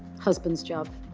husband's job,